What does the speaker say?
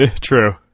True